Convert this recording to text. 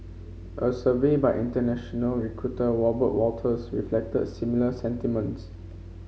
a survey by international recruiter Robert Walters reflected similar sentiments